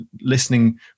listening